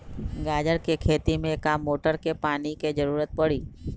गाजर के खेती में का मोटर के पानी के ज़रूरत परी?